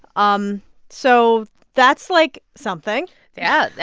um so that's, like, something yeah,